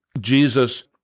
Jesus